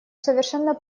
совершенно